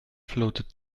floated